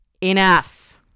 enough